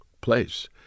place